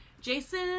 Jason